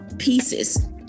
pieces